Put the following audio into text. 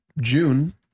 June